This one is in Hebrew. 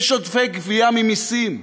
יש עודפי גבייה ממסים.